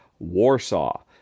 Warsaw